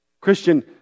Christian